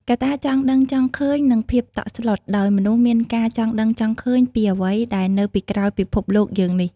កត្តាចង់ដឹងចង់ឃើញនិងភាពតក់ស្លុត ដោយមនុស្សមានការចង់ដឹងចង់ឃើញពីអ្វីដែលនៅពីក្រោយពិភពលោកយើងនេះ។